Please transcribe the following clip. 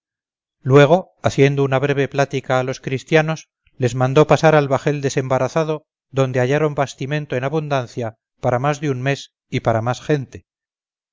luego haciendo una breve plática a los christianos les mandó pasar al bajel desembarazado donde hallaron bastimento en abundancia para más de un mes y para más gente